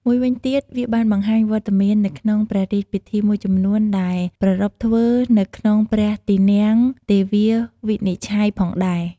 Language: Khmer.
មួយវិញទៀត វាបានបង្ហាញវត្តមាននៅក្នុងព្រះរាជពិធីមួយចំនួនដែលប្រារព្ធធ្វើនៅក្នុងព្រះទីនាំងទេវាវិនិច្ឆ័យផងដែរ។